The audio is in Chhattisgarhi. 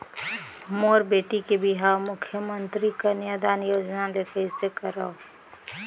मोर बेटी के बिहाव मुख्यमंतरी कन्यादान योजना ले कइसे करव?